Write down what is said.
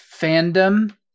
fandom